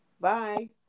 Bye